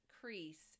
crease